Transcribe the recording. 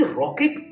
rocket